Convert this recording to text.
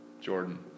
Jordan